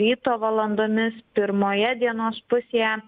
ryto valandomis pirmoje dienos pusėje